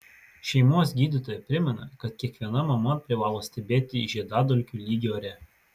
šeimos gydytoja primena kad kiekviena mama privalo stebėti žiedadulkių lygį ore